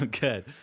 good